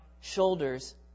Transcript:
shoulders